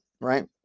Right